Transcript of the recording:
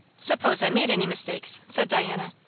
suppose i made any mistakes, said diana,